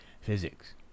physics